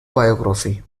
biography